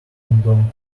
dunghill